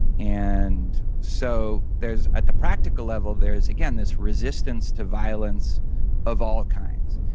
and so there's at the practical level, there's again this resistance to violence of all kinds.